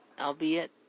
Albeit